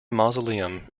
mausoleum